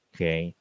Okay